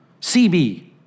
CB